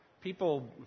people